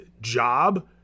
job